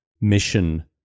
mission